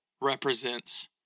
represents